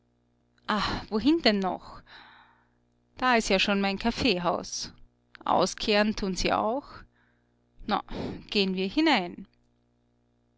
wohin denn noch da ist ja schon mein kaffeehaus auskehren tun sie noch na geh'n wir hinein